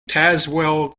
tazewell